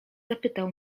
zapytał